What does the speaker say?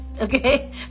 Okay